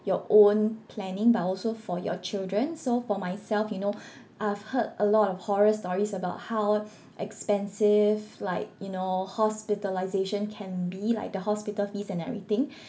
your own planning but also for your children so for myself you know I've heard a lot of horror stories about how expensive like you know hospitalisation can be like the hospital fees and everything